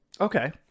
Okay